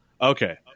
Okay